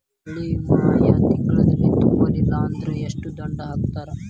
ಬೆಳೆ ವಿಮಾ ಆಯಾ ತಿಂಗ್ಳು ತುಂಬಲಿಲ್ಲಾಂದ್ರ ಎಷ್ಟ ದಂಡಾ ಹಾಕ್ತಾರ?